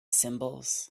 symbols